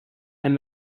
and